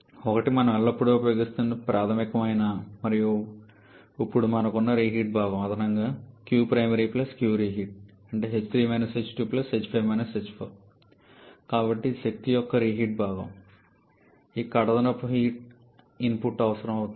ఒకటి మనం ఎల్లప్పుడూ ఉపయోగిస్తున్న ప్రాథమికమైనది మరియు ఇప్పుడు మనకు ఉన్న రీహీట్ భాగం అనగా కాబట్టి ఇది శక్తి యొక్క రీహీట్ భాగం ఇక్కడ అదనపు హీట్ ఇన్పుట్ అవసరం అవుతుంది